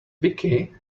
vicky